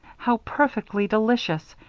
how perfectly delicious!